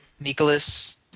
Nicholas